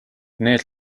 need